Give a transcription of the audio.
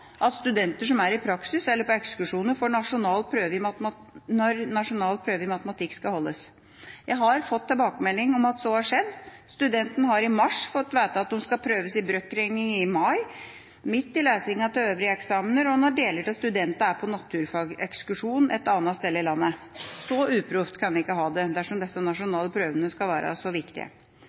at studenter er i praksis eller på ekskursjoner når nasjonal prøve i matematikk skal holdes. Jeg har fått tilbakemelding om at så har skjedd. Studentene har i mars fått vite at de skal prøves i brøkregning i mai, midt i lesingen til øvrige eksamener og når deler av studentene er på naturfagekskursjon et annet sted i landet. Så uproft kan vi ikke ha det dersom disse nasjonale prøvene skal være så viktige.